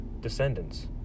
descendants